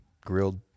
grilled